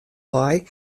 wei